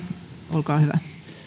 olkaa hyvä